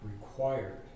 Required